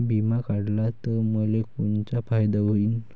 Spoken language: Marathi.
बिमा काढला त मले कोनचा फायदा होईन?